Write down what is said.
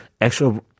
actual